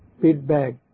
feedback